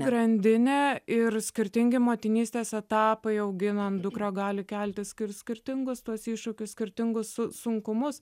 grandinė ir skirtingi motinystės etapai auginant dukrą gali kelti skir skirtingus tuos iššūkius skirtingus sun sunkumus